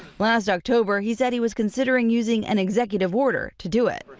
last october he said he was considering using an executive order to do it.